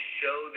show